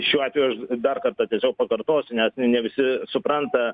šiuo atveju aš dar kartą tiesiog pakartosiu nes ne visi supranta